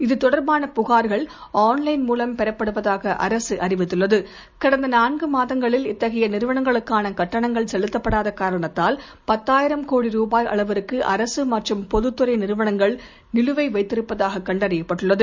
இது தொடர்பான புகார்கள் ஆன்லைன் மூலம் பெறப்படுவதாக அரசு அறிவித்துள்ளது கடந்த நான்கு மாதங்களில் இத்தகைய நிறுவனங்களுக்கான கட்டணங்கள் செலுத்தப்படாத காரணத்தால் பத்தாயிரம் கோடி ரூபாய் அளவிற்கு அரசு மற்றும் பொதுத் துறை நிறுவனங்கள் நிலுவை வைத்திருப்பதாக கண்டறியப்பட்டுள்ளது